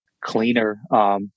cleaner